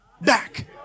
back